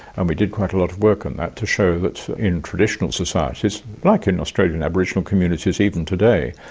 and we did quite a lot of work on that to show that in traditional societies, like in australian aboriginal communities even today,